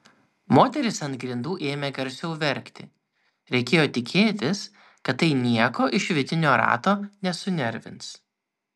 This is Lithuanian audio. moteris ant grindų ėmė garsiau verkti reikėjo tikėtis kad tai nieko iš vidinio rato nesunervins